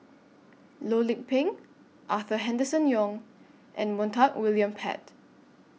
Loh Lik Peng Arthur Henderson Young and Montague William Pett